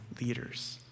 leaders